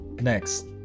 next